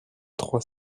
trois